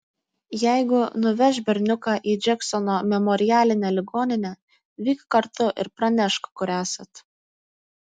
jeigu nuveš berniuką į džeksono memorialinę ligoninę vyk kartu ir pranešk kur esat